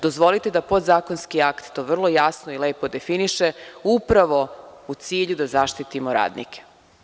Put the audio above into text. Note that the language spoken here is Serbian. Dozvolite da podzakonski akt to vrlo jasno i lepo definiše, upravo u cilju da zaštitimo radnike.